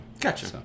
Gotcha